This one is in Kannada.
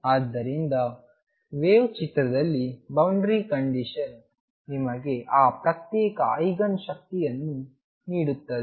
ಆದ್ದರಿಂದ ವೇವ್ ಚಿತ್ರದಲ್ಲಿ ಬೌಂಡರಿ ಕಂಡೀಶನ್ ನಿಮಗೆ ಆ ಪ್ರತ್ಯೇಕ ಐಗನ್ ಶಕ್ತಿಗಳನ್ನು ನೀಡುತ್ತದೆ